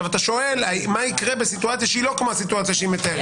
אתה שואל מה יקרה בסיטואציה שהיא לא כמו הסיטואציה שהיא מתארת.